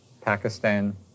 Pakistan